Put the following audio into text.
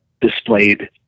displayed